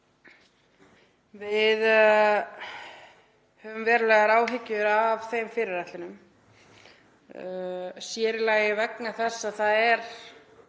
Við höfum verulegar áhyggjur af þeim fyrirætlunum, sér í lagi vegna þess að það